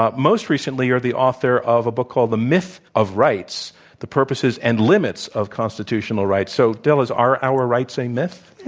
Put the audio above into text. um most recently, you're the author of a book called the myth of rights the purposes and limits of constitutional rights. so, is our our rights a myth?